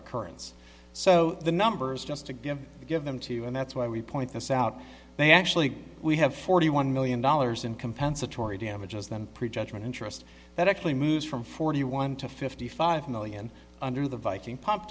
occurrence so the numbers just to give you give them to you and that's why we point this out they actually we have forty one million dollars in compensatory damages than prejudgment interest that actually moves from forty one to fifty five million under the viking p